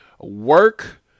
Work